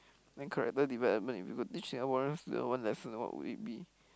then character development if you got teach Singaporeans Singapore lesson what would it be